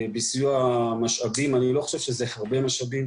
בסיוע המשאבים אני לא חושב שאלה הרבה משאבים